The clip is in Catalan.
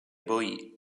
boí